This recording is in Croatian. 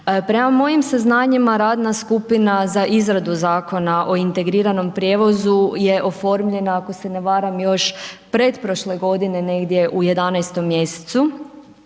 Prema mojim saznanjima radna skupina za izradu Zakona o integriranim prijevozu je oformljena ako se ne varam, još pretprošle godine, negdje u 11. mj.